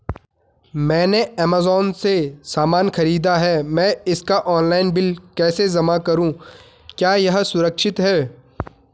मैंने ऐमज़ान से सामान खरीदा है मैं इसका ऑनलाइन बिल कैसे जमा करूँ क्या यह सुरक्षित है?